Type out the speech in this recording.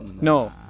No